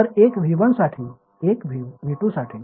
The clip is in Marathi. तर एक V1 साठी एक V2 साठी